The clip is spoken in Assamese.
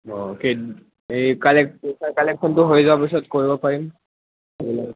অঁ কেই এই পইচাৰ কালেকশ্যনটো হৈ যোৱাৰ পিছত কৰিব পাৰিম